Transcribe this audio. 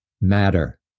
matter